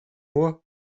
moi